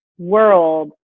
world